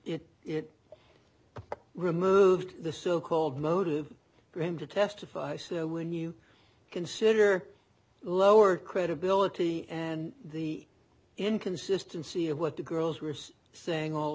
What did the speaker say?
it it removed the so called motive graham to testify so when you consider lower credibility and the inconsistency of what the girls were still saying all